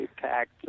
packed